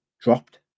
dropped